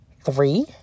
three